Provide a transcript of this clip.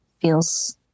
feels